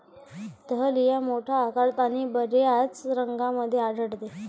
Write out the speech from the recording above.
dahlia मोठ्या आकारात आणि बर्याच रंगांमध्ये आढळते